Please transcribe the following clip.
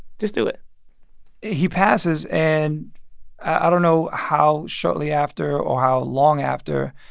just do it he passes. and i don't know how shortly after or how long after,